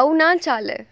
આવું ના ચાલે